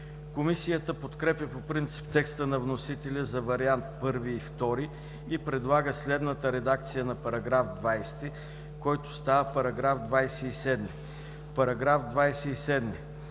Комисията подкрепя по принцип текста на вносителя за Вариант I и II и предлага следната редакция на § 20, който става § 27: „§ 27.